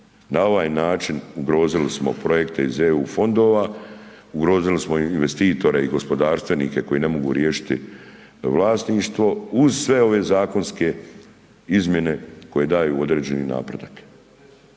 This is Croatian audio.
na ovaj način ugrozili smo projekte iz Eu fondova, ugrozili smo investitore i gospodarstvenike koji ne mogu riješiti vlasništvo uz sve ove zakonske izmjene koje daju određeni napredak,